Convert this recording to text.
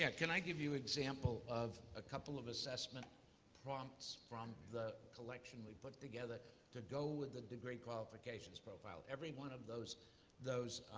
yeah can i give you examples of a couple of assessment prompts from the collection we put together to go with the degree qualifications profile? every one of those those